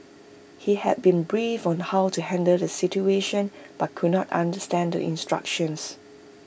he had been briefed on how to handle the situation but could not understand the instructions